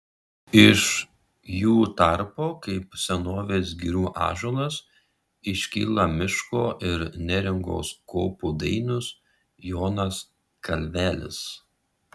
iš jų tarpo kaip senovės girių ąžuolas iškyla miško ir neringos kopų dainius jonas kalvelis